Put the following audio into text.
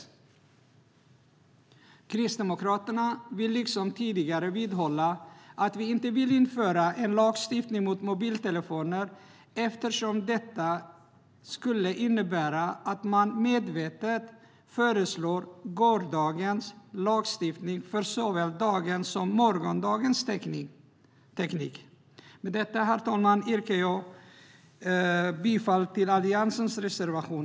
Vi kristdemokrater vill liksom tidigare vidhålla att vi inte vill införa en lagstiftning mot mobiltelefoner, eftersom det skulle innebära att man medvetet föreslår gårdagens lagstiftning för såväl dagens som morgondagens teknik. Herr talman! Med detta yrkar jag bifall till Alliansens reservation.